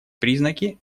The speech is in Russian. признаки